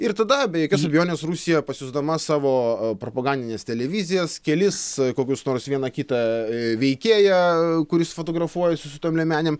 ir tada be jokios abejonės rusija pasiųsdama savo propagandines televizijas kelis kokius nors vieną kitą veikėją kuris fotografuojasi su tom liemenėm